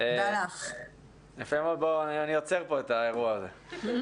אני עוצר פה את האירוע הזה.